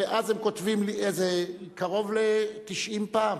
קרוב ל-90 פעם.